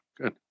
good